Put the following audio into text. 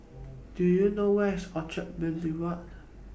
Do YOU know Where IS Orchard Boulevard